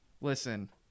listen